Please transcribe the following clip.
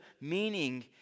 meaning